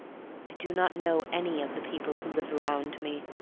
i do not know any of the people who live around me.